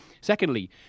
Secondly